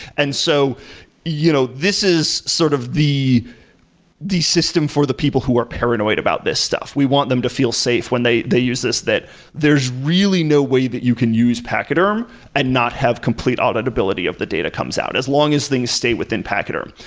and so you know this is sort of the the system for the people who were paranoid about this stuff. we want them to feel safe when they they use this that there's really no way that you can use pachyderm and not have complete auditability if the data comes out as long as things stay within pachyderm.